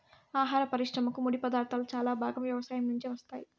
ఆహార పరిశ్రమకు ముడిపదార్థాలు చాలా భాగం వ్యవసాయం నుంచే వస్తాయి